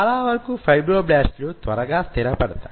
చాలా వరకు ఫైబ్రోబ్లాస్ట్ లు త్వరగా స్థిరపడతాయి